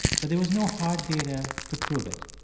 but there was no hard data to prove it.